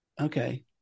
okay